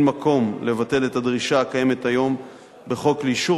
אין מקום לבטל את הדרישה הקיימת היום בחוק לאישור